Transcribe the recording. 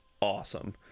awesome